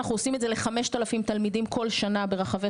אנחנו עושים את זה ל-5,000 תלמידים כל שנה ברחבי